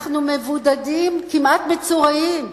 אנחנו מבודדים, כמעט מצורעים.